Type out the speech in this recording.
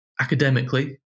academically